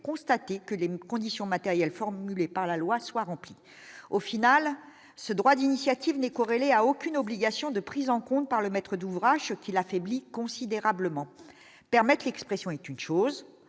constater que les mêmes conditions matérielles formulée par la loi soient remplies, au final, ce droit d'initiative des corrélée à aucune obligation de prise en compte par le maître d'ouvrage qui l'affaiblit considérablement permettent l'expression est une chose,